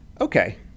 Okay